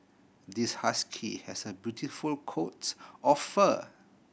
this husky has a beautiful coat of fur